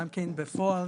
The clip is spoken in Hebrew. בפועל